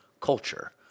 culture